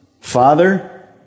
Father